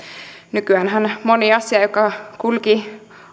nykyäänhän moni asia joka kulki